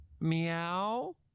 Meow